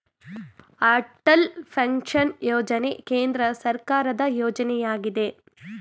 Atal pension ಯೋಜನೆ ಕೇಂದ್ರ ಸರ್ಕಾರದ ಯೋಜನೆಯಗಿದೆ